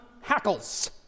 hackles